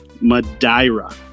Madeira